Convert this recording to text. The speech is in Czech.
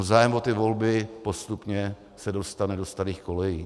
Zájem o ty volby se postupně dostane do starých kolejí.